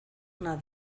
ona